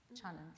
challenge